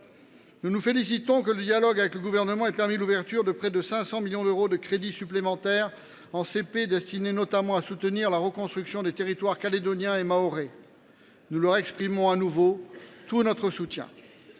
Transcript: Nous nous félicitons de ce que le dialogue avec le Gouvernement ait permis l’ouverture de près de 500 millions d’euros de crédits supplémentaires en crédits de paiement, destinés notamment à soutenir la reconstruction des territoires calédonien et mahorais, auxquels nous exprimons de nouveau tout notre soutien.